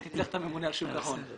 עדכנתי את הממונה על שוק ההון.